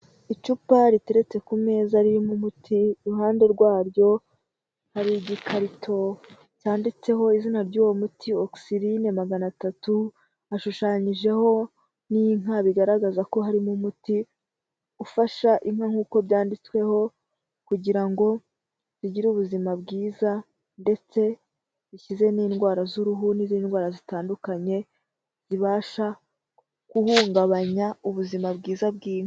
Icupa riteretse ku meza ririmo umuti. Iruhande rwaryo hari igikarito cyanditseho izina ry'uwo muti. Oxeline magana atatu, hashushanyijeho n'inka. Bigaragaza ko harimo umuti ufasha inka nk'uko byanditsweho, kugira ngo zigire ubuzima bwiza, ndetse zikize n'indwara z'uruhu n'indwara zitandukanye zibasha guhungabanya ubuzima bwiza bw'inka.